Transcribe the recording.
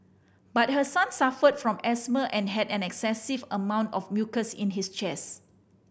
but her son suffered from asthma and had an excessive amount of mucus in his chest